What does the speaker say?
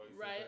Right